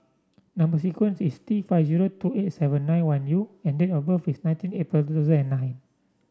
number sequence is T five zero two eight seven nine one U and date of birth is nineteen April two thousand and nine